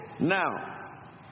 Now